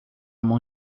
mão